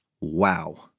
wow